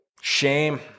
shame